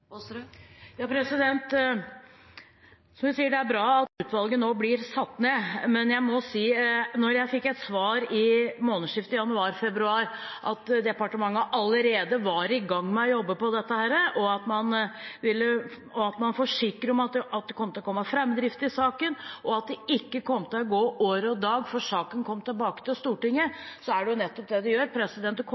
bra at utvalget nå blir satt ned, men jeg må si at da jeg fikk et svar i månedsskiftet januar/februar om at departementet allerede var i gang med å jobbe med dette, og man forsikret at det ville være framdrift i saken, og at det ikke kom til å gå år og dag før saken kom tilbake til Stortinget, er det nettopp det det gjør: